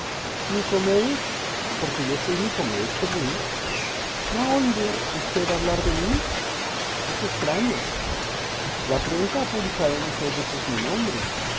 nicomedes porque yo soy nicomedes terruño no ha oído usted hablar de mí es extraño la prensa ha publicado muchas veces mi nombre